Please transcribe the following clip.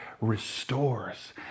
restores